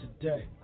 today